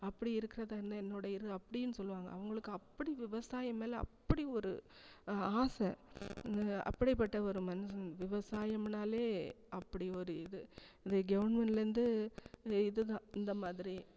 அப்படி இருக்கிறதா இருந்தால் என்னோடய இரு அப்படின் சொல்வாங்க அவங்களுக்கு அப்படி விவசாயம் மேல் அப்படி ஒரு ஆசை அப்படியாப்பட்ட ஒரு மனுஷன் விவசாயம்னாலே அப்படி ஒரு இது இந்த கவர்மண்ட்டிலேருந்து இதுதான் இந்தமாதிரி